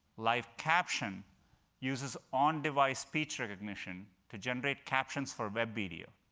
live caption uses on-device speech recognition to generate captions for web video,